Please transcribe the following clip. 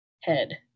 head